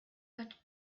but